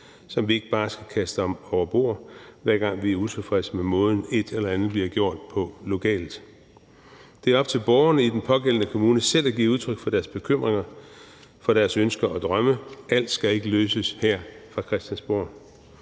som vi ikke bare skal kaste over bord, hver gang vi er utilfredse med måden, et eller andet bliver gjort på lokalt. Det er op til borgerne i den pågældende kommune selv at give udtryk for deres bekymringer, for deres ønsker og drømme. Alt skal ikke løses her fra Christiansborg.